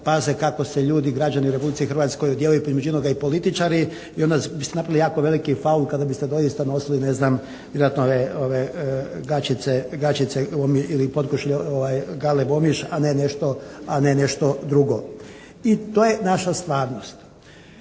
paze kako se ljudi i građani u Republici Hrvatskoj odijevaju, pa između inoga i političari i onda biste napravili jako veliki faul kada biste doista nosili ne znam, vjerojatno ove gaćice ili potkošulje "Galeb" Omiš a ne nešto drugo. I to je naša stvarnost.